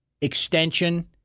extension